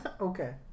Okay